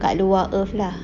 kat luar earth lah